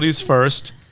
first